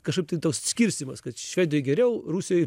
kažkaip tai toks skirstymas kad švedijoj geriau rusijoj